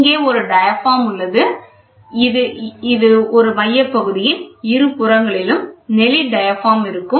இங்கே ஒரு டயாபிராம் உள்ளது இது ஒரு மையப் பகுதியின் இரு புறங்களில் நெளி டயாபிராம் இருக்கும்